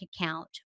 account